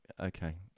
okay